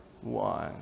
one